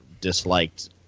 disliked